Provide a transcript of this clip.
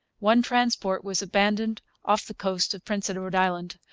one transport was abandoned off the coast of prince edward island,